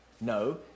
No